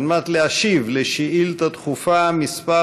כדי להשיב על שאילתה דחופה מס'